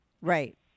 Right